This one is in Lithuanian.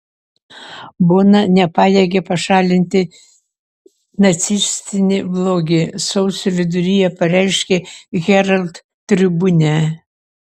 bona nepajėgia pašalinti nacistinį blogį sausio viduryje pareiškė herald tribune